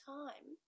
time